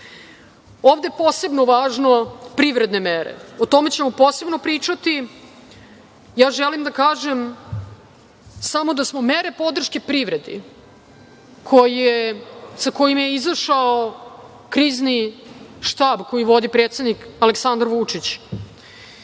su posebno važne privredne mere. O tome ćemo posebno pričati. Želim da kažem samo da smo mere podrške privredi sa kojima je izašao Krizni štab koji vodi predsednik Aleksandar Vučić,